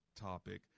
topic